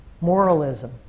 moralism